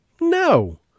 No